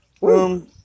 Boom